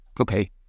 Okay